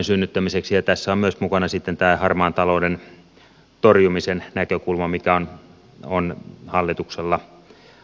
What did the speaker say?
tässä on myös mukana sitten tämä harmaan talouden torjumisen näkökulma mikä on hallituksella agendalla vahvasti